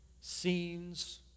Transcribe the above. scenes